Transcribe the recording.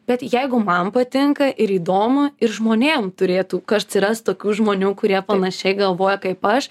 bet jeigu man patinka ir įdomu ir žmonėm turėtų atsirast tokių žmonių kurie panašiai galvoja kaip aš